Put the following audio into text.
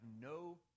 no